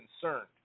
concerned